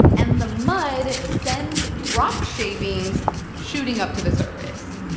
and the mud sends rock shavings shooting up to the surface.